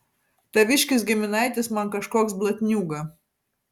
taviškis giminaitis man kažkoks blatniūga